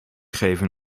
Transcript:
geven